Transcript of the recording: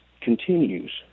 continues